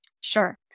Sure